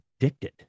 addicted